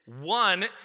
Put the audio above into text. One